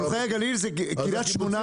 אפרוחי הגליל זה בקרית שמונה.